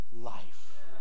life